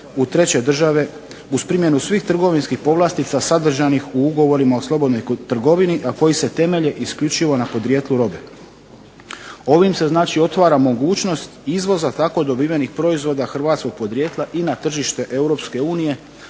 u treće države uz primjenu svih trgovinskih povlastica sadržanih u ugovorima o slobodnoj trgovini, a koji se temelje isključivo na podrijetlo robe. Ovim se znači otvara mogućnost izvoza tako dobivenih proizvoda hrvatskog podrijetla i na tržište Europske unije